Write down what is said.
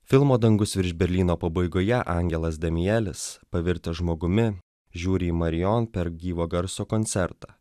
filmo dangus virš berlyno pabaigoje angelas damielis pavirtęs žmogumi žiūri į marion per gyvo garso koncertą